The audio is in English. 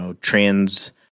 trans